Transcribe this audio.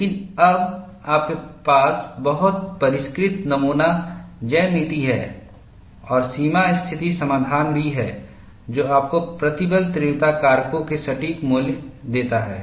लेकिन अब आपके पास बहुत परिष्कृत नमूना ज्यामिति है और सीमा स्थिति समाधान भी है जो आपको प्रतिबल तीव्रता कारकों के सटीक मूल्य देता है